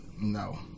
no